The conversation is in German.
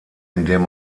indem